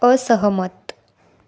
असहमत